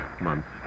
month's